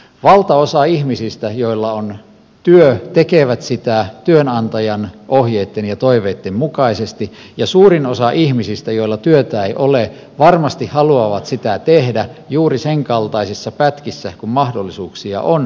valtaosa ihmisistä joilla on työ tekee sitä työnantajan ohjeitten ja toiveitten mukaisesti ja suurin osa ihmisistä joilla työtä ei ole varmasti haluaa sitä tehdä juuri sen kaltaisissa pätkissä kuin mahdollisuuksia on